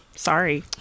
Sorry